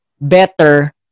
better